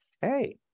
Hey